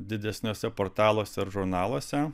didesniuose portaluose ar žurnaluose